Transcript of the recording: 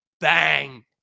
Bang